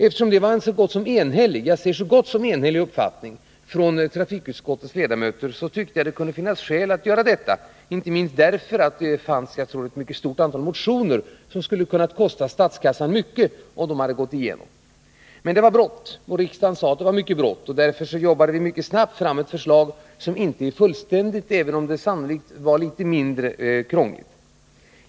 Eftersom det gällde en så gott som enhällig uppfattning bland trafikutskottets ledamöter tyckte jag att det kunde finnas skäl för att biträda den, inte minst därför att det fanns ett mycket stort antal motionsförslag, som skulle kunna kosta statskassan mycket, om de hade bifallits. Riksdagen sade dock att frågan var mycket brådskande, och därför arbetade vi mycket snabbt fram ett förslag, som inte var fullständigt, även om det sannolikt var litet mindre krångligt.